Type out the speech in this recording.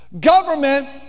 Government